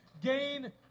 gain